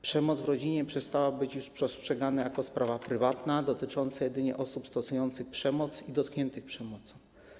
Przemoc w rodzinie przestała być już postrzegana jako sprawa prywatna, dotycząca jedynie osób stosujących przemoc i dotkniętych przemocą.